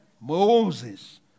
Moses